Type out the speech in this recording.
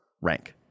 Rank